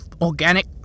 organic